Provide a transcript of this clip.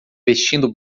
vestindo